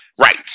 Right